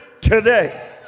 today